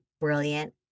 brilliant